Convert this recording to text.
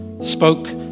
spoke